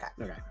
Okay